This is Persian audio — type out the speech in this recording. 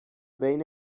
بین